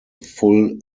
full